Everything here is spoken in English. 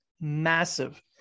massive